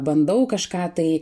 bandau kažką tai